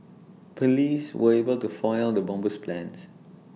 Police were able to foil the bomber's plans